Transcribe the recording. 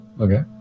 Okay